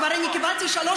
כבר קיבלתי שלוש